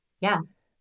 Yes